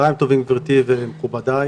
צהריים טובים גברתי ומכובדי.